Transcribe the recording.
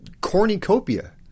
cornucopia